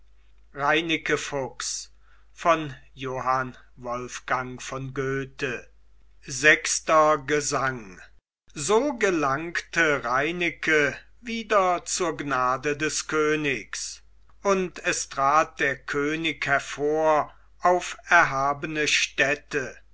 sechster gesang so gelangte reineke wieder zur gnade des königs und es trat der könig hervor auf erhabene stätte